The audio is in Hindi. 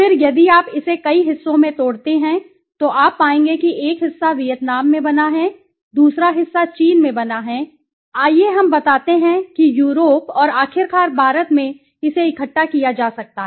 फिर यदि आप इसे कई हिस्सों में तोड़ते हैं तो आप पाएंगे कि एक हिस्सा वियतनाम में बना है दूसरा हिस्सा चीन में बना है दूसरा हिस्सा बनाया गया है आइए हम बताते हैं कि यूरोप और आखिरकार भारत में इसे इकट्ठा किया जा सकता है